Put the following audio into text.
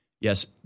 Yes